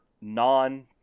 non